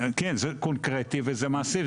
כן, זה קונקרטי וזה מעשי.